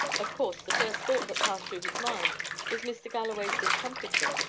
of course, the first thought that passed through his mind was mr. galloway's discomfiture,